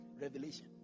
Revelation